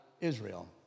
Israel